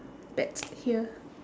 bet here